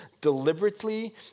deliberately